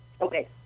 Okay